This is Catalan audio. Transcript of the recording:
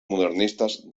modernistes